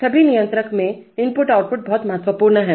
सभी नियंत्रक input output बहुत महत्वपूर्ण हैं